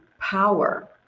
power